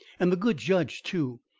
and the good judge, too.